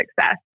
success